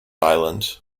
island